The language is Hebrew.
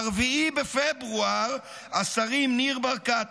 ב-4 בפברואר השרים ניר ברקת,